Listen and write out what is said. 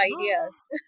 ideas